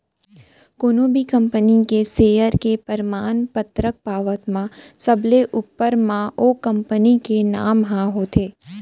कोनो भी कंपनी के सेयर के परमान पतरक पावत म सबले ऊपर म ओ कंपनी के नांव ह होथे